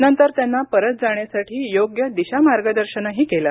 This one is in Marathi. नंतर त्यांना परत जाण्यासाठी योग्य दिशा मार्गदर्शनही केलं